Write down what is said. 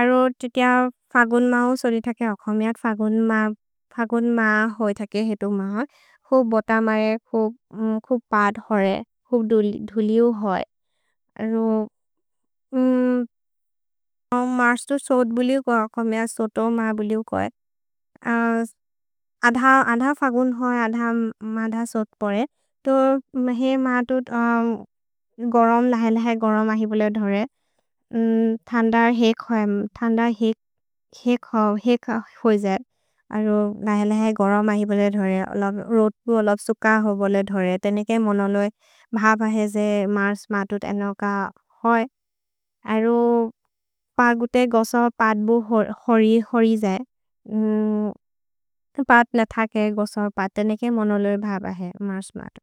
अरो ते तिअ फगुन् म उ सोलि थके अखमेयत्, फगुन् म, फगुन् म होइ थके। हेतु म, खुब् बोत मरे, खुब्, ह्म्, खुब् पद् होरे, खुब् धुलिउ होइ, अरो, ह्म्, म मर्स् तु सोद् बुलिउ को अखमेयत्। सोतो म बुलिउ को हेतु, अ, अध, अध फगुन् होइ, अध, मध सोद् परेत्, तो, मे हे म तु, ह्म्, गोरोम् लहेल है। गोरोम् अहि बोले धोरे, ह्म्, थन्द हेक् होएन्, थन्द हेक्, हेक् हो, हेक् होइ जेर्, अरो, लहेल है गोरोम् अहि बोले धोरे। रोतु ओलप् सुक हो बोले धोरे, तेनेके मोनोलो ए भब है जे मर्स् मतुत् अनोक होइ, अरो, फगुते गोस पत्बो होरि। होरि जे, ह्म्, पत्ल थके गोस पत्, तेनेके मोनोलो ए भब है मर्स् मतुत्।